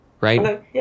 right